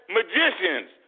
Magicians